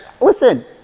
listen